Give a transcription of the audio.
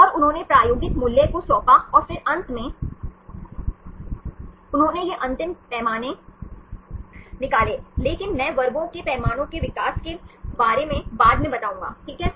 और उन्होंने प्रायोगिक मूल्य को सौंपा और फिर अंत में उन्होंने ये अंतिम पैमाने निकाले लेकिन मैं वर्गों के पैमाने के विकास के बारे में बाद में बताऊंगा ठीक है